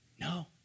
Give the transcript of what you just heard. No